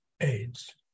AIDS